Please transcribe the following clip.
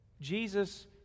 Jesus